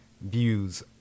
views